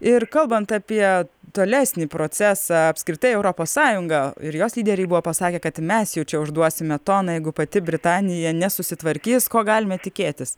ir kalbant apie tolesnį procesą apskritai europos sąjunga ir jos lyderiai buvo pasakę kad mes jau čia užduosime toną jeigu pati britanija nesusitvarkys ko galime tikėtis